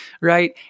right